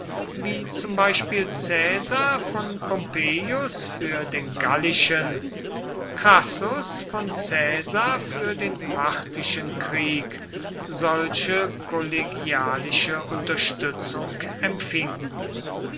wie zum beispiel caesar von pompeius für den gallischen crassus von caesar für den parthischen krieg solche kollegialische unterstützung empfing